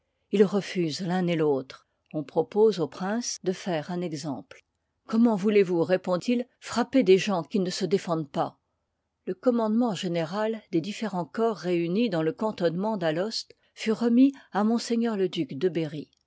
ils refusent l'un et l'autre on propose au prince de faire un exemple comment voulez-vous répond-il frapper des gens qui ne se défendent pas le commandement général des différons corps réunis dans le cantonnement d'alost ip part fut remis à m le duc de berry